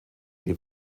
die